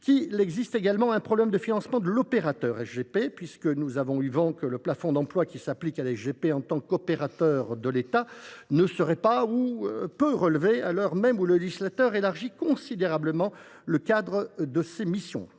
qu’il existe également un problème de financement de l’opérateur SGP. Nous avons eu vent du fait que le plafond d’emplois appliqué à la SGP en tant qu’opérateur de l’État ne serait pas ou peu relevé, alors même que le législateur élargit considérablement le cadre de ses missions.